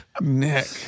Nick